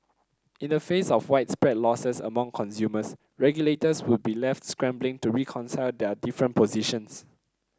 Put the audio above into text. in the face of widespread losses among consumers regulators would be left scrambling to reconcile their different positions